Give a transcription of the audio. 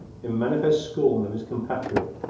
in manifest scorn of his compatriot